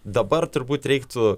dabar turbūt reiktų